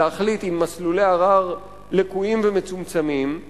להחליט עם מסלולי ערר לקויים ומצומצמים,